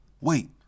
Wait